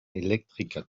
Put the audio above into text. elektriker